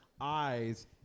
Eyes